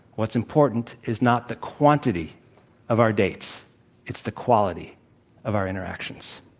what's important is not the quantity of our dates it's the quality of our interactions.